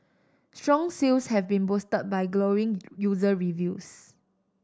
strong sales have been boosted by glowing user reviews